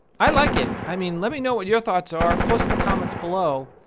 i like it. i mean let me know what you're thoughts are. post in the comments below.